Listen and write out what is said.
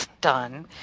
done